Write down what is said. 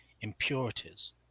impurities